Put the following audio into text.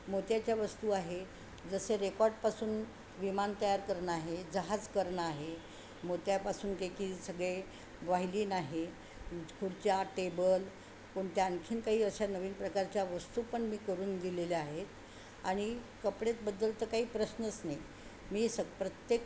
मोत्याच्या वस्तू आहे जसे रेकॉर्डपासून विमान तयार करणं आहे जहाज करणं आहे मोत्यापासून काय की सगळे वाहिली नाही खुर्च्या टेबल कोणत्या आणखीन काही अशा नवीन प्रकारच्या वस्तू पण मी करून दिलेल्या आहेत आणि कपडेतबद्दल तर काही प्रश्नच नाही मी सग प्रत्येक